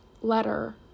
letter